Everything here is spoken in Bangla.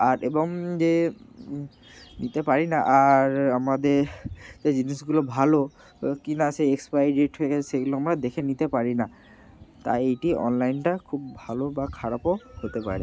আর এবং যে নিতে পারি না আর আমাদের যে জিনিসগুলো ভালো কি না সেই এক্সপায়ারি ডেট সেগুলো আমরা দেখে নিতে পারি না তাই এটি অনলাইনটা খুব ভালো বা খারাপও হতে পারে